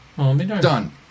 Done